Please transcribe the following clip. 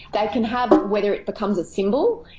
that can have, whether it becomes a symbol,